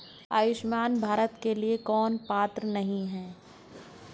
आयुष्मान भारत के लिए कौन पात्र नहीं है?